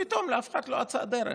פתאום לאף אחד לא אצה הדרך.